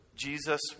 Jesus